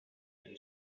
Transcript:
and